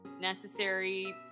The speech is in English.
Necessary